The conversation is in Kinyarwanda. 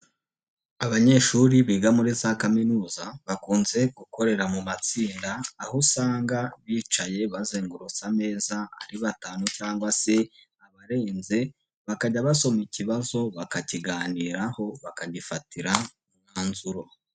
Abanyeshuri biga muri za kaminuza bakunze gukorera mu matsinda aho usanga bicaye bazengurutse ameza ari batanu cyangwa se barenze bakajya basoma ikibazo bakakiganiraho bakagifatira umwanzuro.